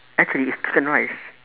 actually it's chicken rice